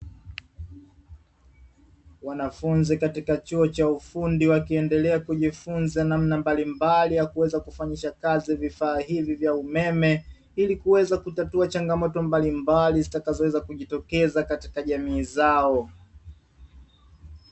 Wanafunzi katika chuo cha ufundi wakiendelea kujifunza namna mbalimbali ya kuweza kufanyisha kazi vifaa hivi vya umeme, ili kuweza kutatua changamoto mbalimbali zitakazoweza kujitokeza katika jamii zao.